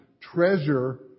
treasure